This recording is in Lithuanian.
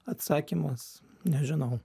atsakymas nežinau